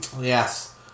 Yes